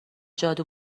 جادو